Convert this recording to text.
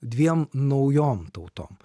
dviem naujom tautom